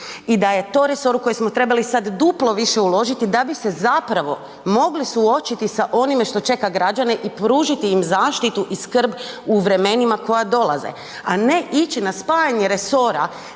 i da je to resor u koji smo sad trebali duplo više uložiti da bi se mogli suočiti sa onima što čeka građane i pružiti im zaštitu i skrb u vremenima koja dolaze, a ne ići na spajanje resora